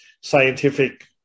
scientific